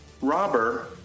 robber